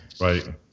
right